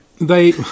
They-